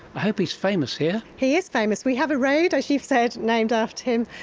i hope he's famous here? he is famous. we have a road, as you've said, named after him.